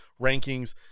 rankings